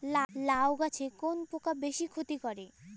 লাউ গাছে কোন পোকা বেশি ক্ষতি করে?